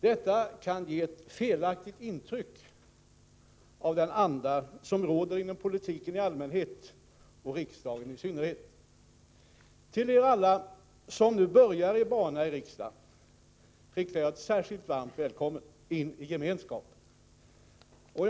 Detta kan ge ett felaktigt intryck av den anda som råder inom politiken i allmänhet och riksdagen i synnerhet. Till er alla som nu börjar er bana i riksdagen riktar jag ett särskilt varmt välkommen in i gemenskapen.